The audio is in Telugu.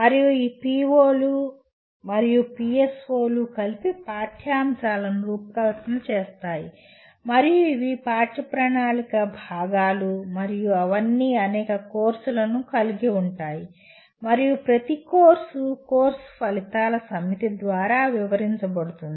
మరియు ఈ PO లు మరియు PSO లు కలిసి పాఠ్యాంశాలను రూపకల్పన చేస్తాయి మరియు ఇవి పాఠ్యప్రణాళిక భాగాలు మరియు అవన్నీ అనేక కోర్సులను కలిగి ఉంటాయి మరియు ప్రతి కోర్సు కోర్సు ఫలితాల సమితి ద్వారా వివరించబడుతుంది